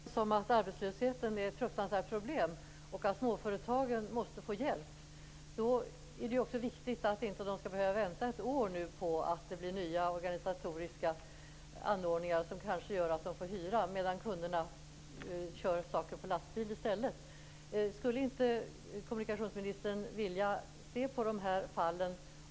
Herr talman! Vi är överens om att arbetslösheten är ett fruktansvärt problem och om att småföretagen måste få hjälp. Det är då också viktigt att de nu inte skall behöva vänta ett år på nya organisatoriska åtgärder som kanske gör att de får hyra sådan här materiel, alltmedan kunderna i stället kör sitt gods på lastbil. Skulle inte kommunikationsministern vilja ta upp de här fallen?